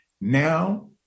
Now